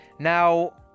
Now